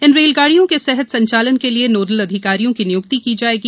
इन रेलगाड़ियों के सहज संचालन के लिए नोडल अधिकारियों की नियुक्ति की जाएगी